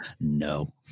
No